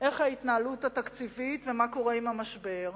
את ההתנהלות התקציבית ומה קורה עם המשבר.